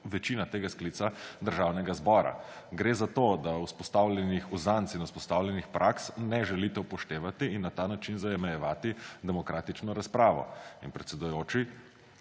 večina tega sklica državnega zbora. Gre za to, da vzpostavljenih uzanc in vzpostavljenih praks ne želite upoštevati in na ta način zamejevati demokratično razpravo. In, predsedujoči,